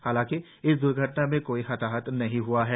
हालाकि इस द्र्घटना में कोई हताहत नही हआ है